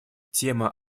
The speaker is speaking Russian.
тема